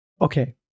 Okay